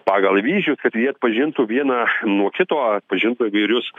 pagal vyzdžius kad jie atpažintų vieną nuo kito atpažintų įvairius